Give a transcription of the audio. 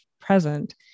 present